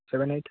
seven eight